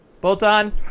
Bolt-On